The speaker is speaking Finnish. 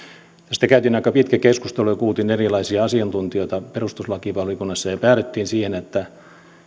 tästä käytiin aika pitkä keskustelu ja kuultiin erilaisia asiantuntijoita perustuslakivaliokunnassa ja päädyttiin siihen että